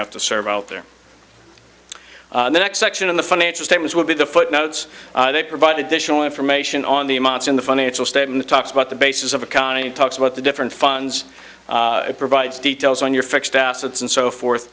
have to serve out there the next section in the financial statements will be the footnotes they provide additional information on the amounts in the financial statement talks about the basis of accounting talks about the different funds it provides details on your